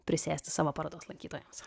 prisėsti savo parodos lankytojams